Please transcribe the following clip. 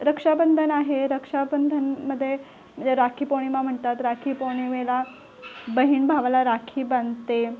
रक्षाबंधन आहे रक्षाबंधनमध्ये राखीपौर्णिमा म्हणतात राखीपोर्णिमेला बहीण भावाला राखी बांधते